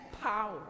power